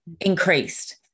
increased